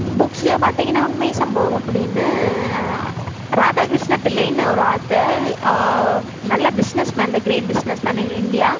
புக்ஸ்லாம் பார்த்தீங்கன்னா உண்மை சம்பவம் அப்படின்னு ராதா கிருஷ்ண பிள்ளைன்னு ஒரு ஆத்தர் நல்ல businessman the great businessman in India